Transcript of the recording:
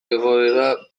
egoera